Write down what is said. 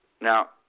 Now